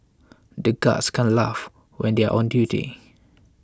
the guards can't laugh when they are on duty